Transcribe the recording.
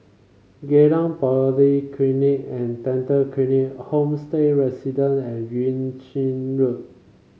Geylang Polyclinic and Dental Clinic Homestay Residence and Yuan Ching Road